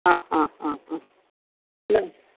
ആ ആ ആ ആ ഇല്ല